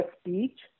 speech